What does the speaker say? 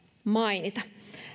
mainita